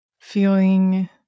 feeling